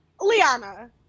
Liana